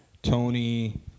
Tony